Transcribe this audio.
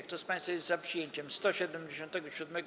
Kto z państwa jest za przyjęciem 177.